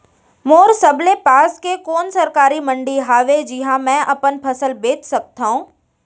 मोर सबले पास के कोन सरकारी मंडी हावे जिहां मैं अपन फसल बेच सकथव?